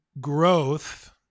growth